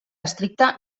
estricte